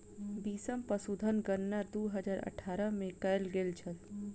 बीसम पशुधन गणना दू हजार अठारह में कएल गेल छल